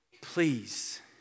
Please